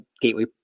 Gateway